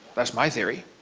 that's my theory.